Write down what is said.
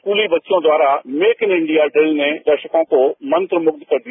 स्कूली बच्चों द्वारा मेक इन इंडिया ड्रिल ने दर्शकों को मंत्र मुख कर दिया